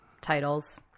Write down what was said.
titles